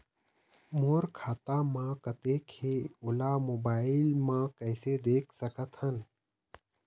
मोर खाता म कतेक हे ओला मोबाइल म कइसे देख सकत हन?